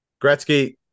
Gretzky